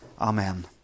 Amen